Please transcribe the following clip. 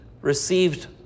received